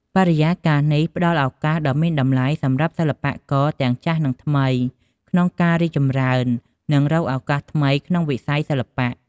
បរិយាកាសនេះផ្ដល់ឱកាសដ៏មានតម្លៃសម្រាប់សិល្បករទាំងចាស់និងថ្មី ក្នុងការរីកចម្រើន និងរកឱកាសថ្មីក្នុងវិស័យសិល្បៈ។